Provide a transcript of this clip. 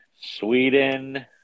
Sweden